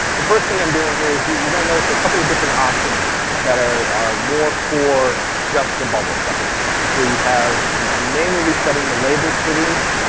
the first thing i'm doing here is you're going to notice a couple of different options that are are more for just the bubble chart. and so you have i'm manually setting the labels for these,